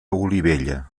olivella